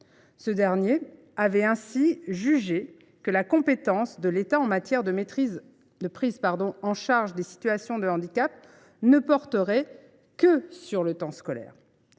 Ce dernier avait jugé en effet que la compétence de l’État en matière de prise en charge des situations de handicap ne devait porter que sur le temps scolaire.